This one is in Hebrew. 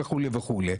וכו' וכו',